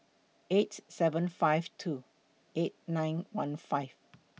eight seven five two eight nine one five